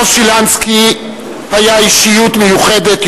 דב שילנסקי היה אישיות מיוחדת,